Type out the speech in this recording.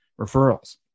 referrals